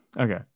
Okay